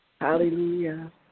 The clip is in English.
Hallelujah